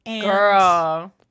girl